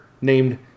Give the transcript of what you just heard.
named